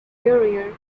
warriors